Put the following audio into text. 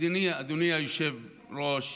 אדוני היושב-ראש,